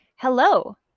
Hello